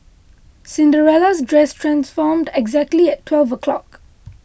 Cinderella's dress transformed exactly at twelve o'clock